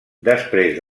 després